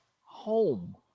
home